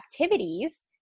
activities